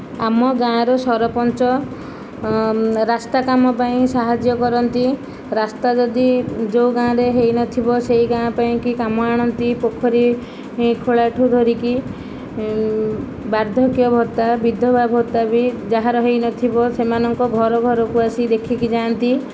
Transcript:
ଆମ ଗାଁର ସରପଞ୍ଚ ରାସ୍ତା କାମ ପାଇଁ ସାହାଯ୍ୟ କରନ୍ତି ରାସ୍ତା ଯଦି ଯେଉଁ ଗାଁରେ ହୋଇନଥିବ ସେହି ଗାଁ ପାଇଁକି କାମ ଆଣନ୍ତି ପୋଖରୀ ଖୋଳାଠୁ ଧରିକି ବାର୍ଦ୍ଧକ୍ୟ ଭତ୍ତା ବିଧବା ଭତ୍ତା ବି ଯାହାର ହୋଇନଥିବ ସେମାନଙ୍କ ଘର ଘରକୁ ଅସି ଦେଖିକି ଯାଆନ୍ତି